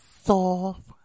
soft